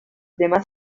demás